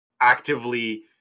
actively